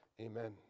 Amen